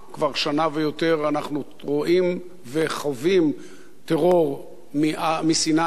כבר שנה ויותר אנחנו רואים וחווים טרור מסיני,